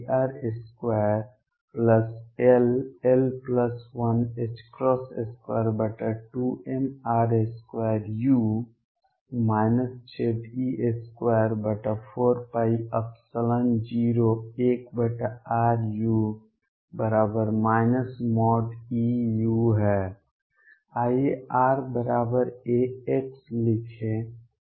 आइए r a x लिखें